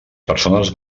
persones